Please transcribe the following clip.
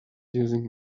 using